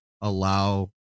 allow